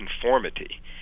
conformity